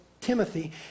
Timothy